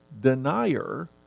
denier